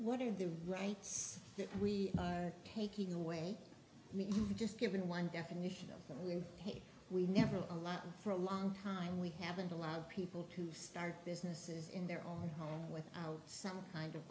what are the rights that we are taking away just given one definition of family we never allow for a long time we haven't allowed people to start businesses in their own home without some kind of